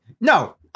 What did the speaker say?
no